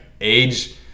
age